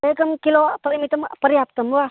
एकं किलोपरिमितं पर्याप्तं वा